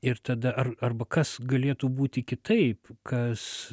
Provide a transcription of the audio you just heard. ir tada arba kas galėtų būti kitaip kas